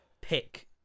pick